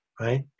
right